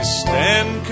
stand